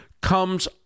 comes